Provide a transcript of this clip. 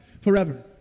forever